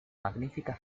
magnífica